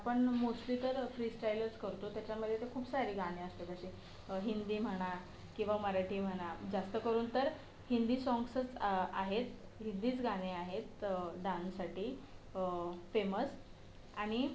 आपण मोस्टली तर फ्री स्टाईलच करतो त्याच्यामध्ये तर खूप सारे गाणी असतात असे हिंदी म्हणा किंवा मराठी म्हणा जास्तकरून तर हिंदी साँग्सच आहेत हिंदीच गाणी आहेत डान्ससाठी फेमस आणि